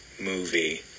movie